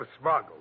smuggled